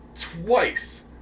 twice